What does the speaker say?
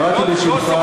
קראתי בשמך,